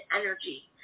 energy